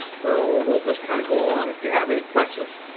so we'll just kind of go along. if you have any questions,